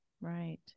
Right